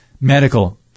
medical